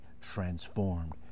transformed